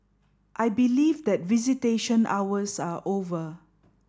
I believe that visitation hours are over